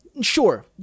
sure